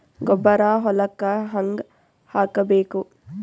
ಗೊಬ್ಬರ ಹೊಲಕ್ಕ ಹಂಗ್ ಹಾಕಬೇಕು?